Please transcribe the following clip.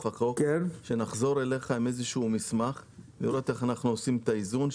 החוק - שנחזור אליך עם איזשהו מסמך לראות איך אנחנו עושים את האיזון.